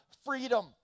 Freedom